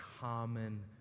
common